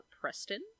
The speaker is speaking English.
Preston